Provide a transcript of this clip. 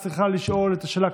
את צריכה לשאול את השאלה,